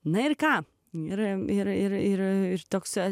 na ir ką ir ir ir ir tekstą